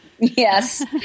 Yes